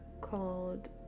called